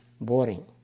boring